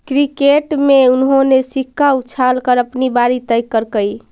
cricket में उन्होंने सिक्का उछाल कर अपनी बारी तय करकइ